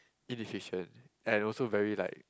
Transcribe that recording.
inefficient and also very like